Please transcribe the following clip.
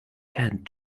head